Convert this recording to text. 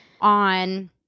On